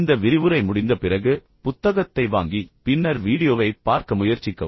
இந்த விரிவுரை முடிந்த பிறகு புத்தகத்தை வாங்கி பின்னர் வீடியோவைப் பார்க்க முயற்சிக்கவும்